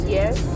yes